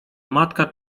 matka